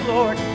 Lord